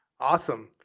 Awesome